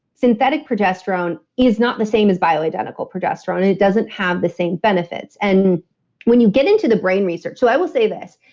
synthetic progesterone is not the same as bioidentical progesterone and it doesn't have the same benefits and when you get into the brain research, so i will say this,